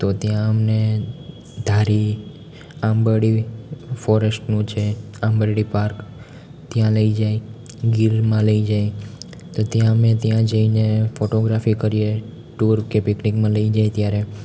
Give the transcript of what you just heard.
તો ત્યાં અમને ધારી આંબરડી ફોરેસ્ટનું છે આંબરડી પાર્ક ત્યાં લઈ જાય ગીરમાં લઈ જાય તો ત્યાં અમે ત્યાં જઈને ફોટોગ્રાફી કરીએ ટુર કે પિકનિકમાં લઈ જાય ત્યારે